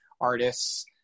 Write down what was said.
artists